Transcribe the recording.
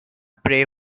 prey